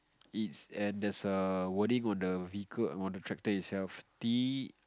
it's at there's a wording with the vehicle and on the tractor itself T